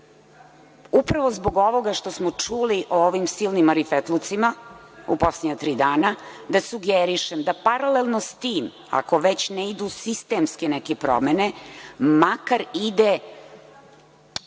upravo zbog ovoga što smo čuli o ovim silnim marifetlucima u poslednja tri dana, da sugerišem da paralelno sa tim, ako već ne idu neke sistemske promene, makar ide